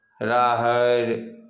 राहरि